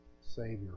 Savior